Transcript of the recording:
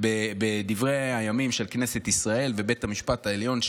בדברי הימים של כנסת ישראל ובית המשפט העליון,